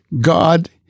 God